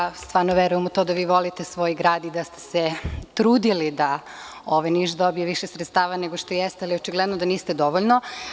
Gospodine Krstiću, zaista verujem u to da vi volite svoj grad i da ste se trudili da Niš dobije više sredstava nego što jeste, ali očigledno da niste dovoljno.